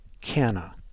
Canna